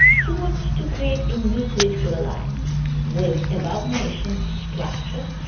he wants to create a new political alliance with above-nation structures,